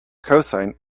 cosine